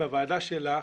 בוועדה שלך